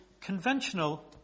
conventional